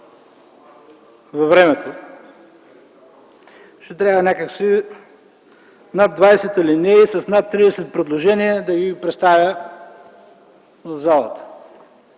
във времето, ще трябва някак си тези над 20 алинеи с над 30 предложения да ги представят в залата,